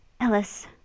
Ellis